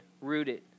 rooted